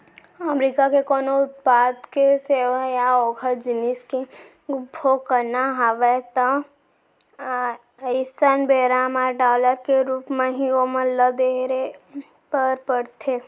अमरीका के कोनो उत्पाद के सेवा या ओखर जिनिस के उपभोग करना हवय ता अइसन बेरा म डॉलर के रुप म ही ओमन ल देहे बर परथे